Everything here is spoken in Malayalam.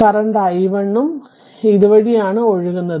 നിലവിലെ i1 ഉം ഇത് വഴി ആണ് ഒഴുകുന്നത്